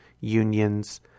unions